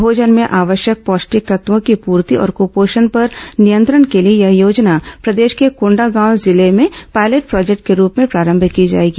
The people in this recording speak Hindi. भोजन में आवश्यक पौष्टिक तत्वों की पूर्ति और कुपोषण पर नियंत्रण के लिए यह योजना प्रदेश के कोंडागांव जिले में पायलट प्रोजेक्ट के रूप में प्रारंभ की जाएगी